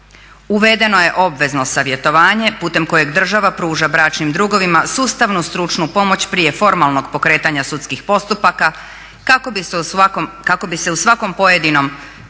Uvedeno je obvezno savjetovanje putem kojeg država puta bračnim drugovima sustavno, stručnu pomoć prije formalnog pokretanja sudskih postupaka kako bi se u svakom pojedinom